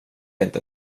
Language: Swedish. inte